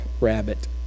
rabbit